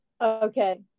Okay